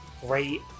Great